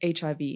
HIV